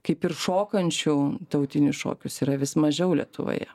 kaip ir šokančių tautinius šokius yra vis mažiau lietuvoje